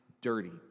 dirty